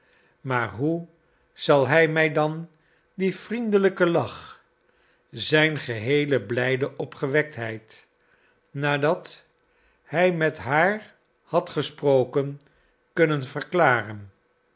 maar hoe zal hij mij dan dien vriendelijken lach zijn geheele blijde opgewektheid nadat hij met haar had gesproken kunnen verklaren